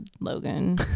Logan